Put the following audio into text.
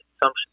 consumption